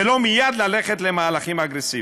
ולא מייד ללכת למהלכים אגרסיביים.